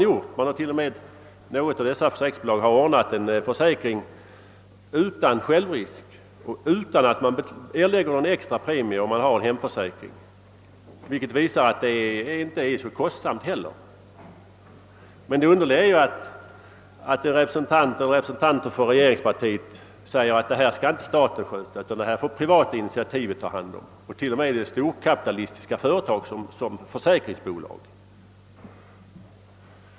Detta har också skett; något försäkringsbolag har t.o.m. ordnat en försäkring utan självrisk och utan att försäkringstagaren behöver erlägga någon extra premie, om han har hemförsäkring. Detta visar att det hela inte är så kostsamt. Men det underliga är ju att representater för regeringspartiet säger att staten inte skall sköta detta, utan att man här skall lita till det privata initiativet och t.o.m. till sådana storkapitalistiska företag som försäk ringsbolag.